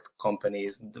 companies